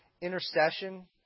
intercession